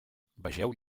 vegeu